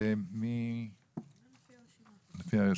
אני רק אומר